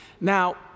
Now